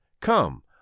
Come